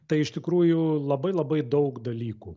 tai iš tikrųjų labai labai daug dalykų